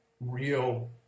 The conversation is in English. real